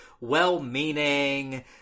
well-meaning